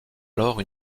alors